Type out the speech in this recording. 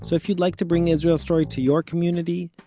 so if you'd like to bring israel story to your community,